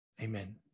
amen